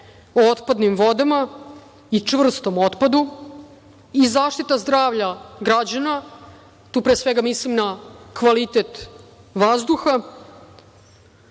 o otpadnim vodama i čvrstom otpadu, i zaštita zdravlja građana, tu pre svega mislim na kvalitet vazduha,